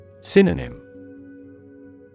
Synonym